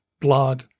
blog